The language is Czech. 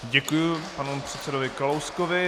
Děkuji panu předsedovi Kalouskovi.